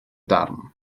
darn